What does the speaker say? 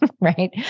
right